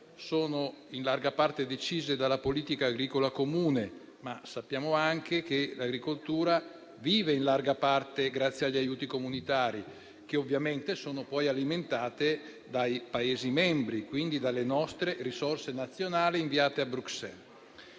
sono in larga parte decise dalla politica agricola comune. Ma sappiamo anche che l'agricoltura vive in larga parte grazie agli aiuti comunitari, che ovviamente sono poi alimentati dai Paesi membri, quindi dalle nostre risorse nazionali inviate a Bruxelles.